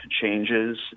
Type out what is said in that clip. changes